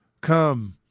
come